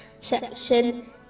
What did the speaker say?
section